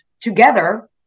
together